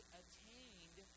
attained